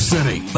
City